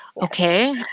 Okay